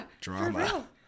Drama